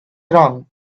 wrong